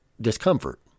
discomfort